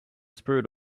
spirit